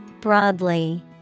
Broadly